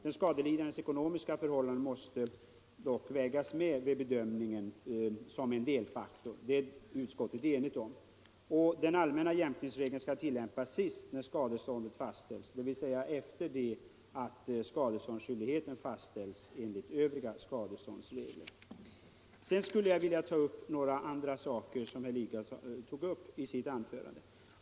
Den skadelidandes ekonomiska förhållanden måste dock vägas in vid bedömningen såsom en delfaktor. Det är utskottet enigt om. Den allmänna jämkningsregeln skall tillämpas sist, när skadeståndet fastställs, dvs. efter det att skadeståndsskyldigheten har fastställts enligt övriga skadeståndsregler. skadeståndslagen, Jag skulle också vilja beröra några andra saker som herr Lidgard tog upp i sitt anförande.